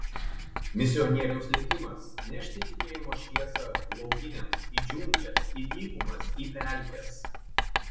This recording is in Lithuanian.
misionieriaus likimas nešti tikėjimo šviesą laukiniams į džiungles į dykumas į pelkes